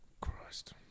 Christ